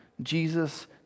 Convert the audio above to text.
Jesus